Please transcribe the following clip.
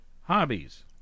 Hobbies